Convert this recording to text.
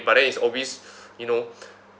but then it's always you know